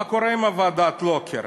מה קורה עם ועדת לוקר?